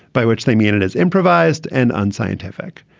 by which they mean it as improvised and unscientific.